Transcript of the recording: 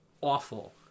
awful